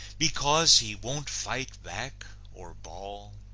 because he won't fight back, or bawl?